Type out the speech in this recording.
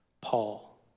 Paul